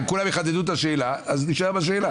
אם כולם יחדדו את השאלה נישאר עם השאלה.